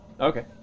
Okay